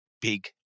big